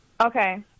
Okay